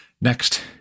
next